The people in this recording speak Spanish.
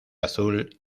azul